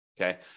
Okay